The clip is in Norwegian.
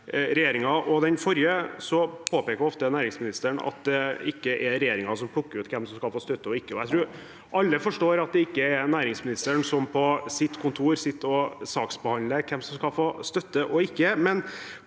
den forrige, påpeker ofte næringsministeren at det ikke er regjeringen som plukker ut hvem som skal få støtte, og ikke. Jeg tror alle forstår at det ikke er næringsministeren som på sitt kontor sitter og saksbehandler hvem som skal få støtte og ikke,